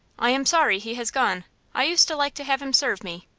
i am sorry he has gone i used to like to have him serve me.